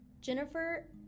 Jennifer